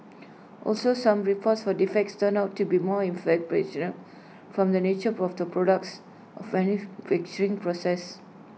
also some reports for defects turned out to be from the nature of the products or processes